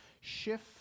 shift